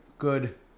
Good